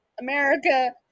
America